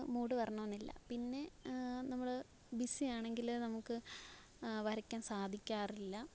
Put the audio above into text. mood വരണമെന്നില്ല പിന്നെ നമ്മള് ബിസി ആണെങ്കില് നമ്മള്ക്ക് വരയ്ക്കാന് സാധിക്കാറില്ല